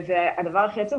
והדבר הכי עצוב,